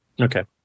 Okay